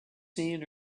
seen